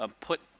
put